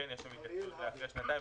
כן יש שם התייחסות למה שיקרה אחרי שנתיים.